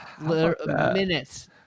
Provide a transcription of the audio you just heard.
Minutes